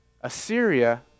Assyria